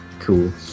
cool